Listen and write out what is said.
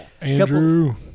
Andrew